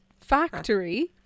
factory